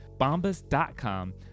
Bombas.com